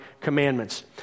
commandments